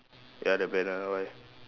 ya the banner ah why